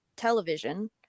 television